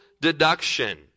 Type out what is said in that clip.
deduction